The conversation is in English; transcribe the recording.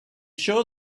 sure